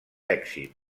èxit